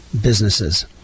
businesses